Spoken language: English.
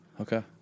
Okay